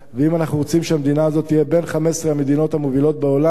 ואם אנחנו רוצים שהמדינה הזאת תהיה בין 15 המדינות המובילות בעולם,